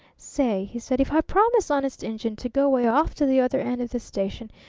say, he said, if i promise, honest-injun, to go way off to the other end of the station,